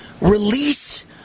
release